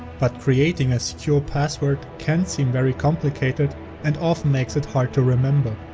but creating a secure password can seem very complicated and often makes it hard to remember.